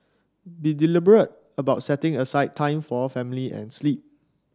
be deliberate about setting aside time for family and sleep